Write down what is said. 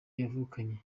yavukanye